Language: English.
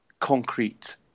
concrete